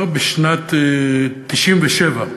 בשנת 1997,